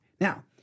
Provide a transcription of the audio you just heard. Now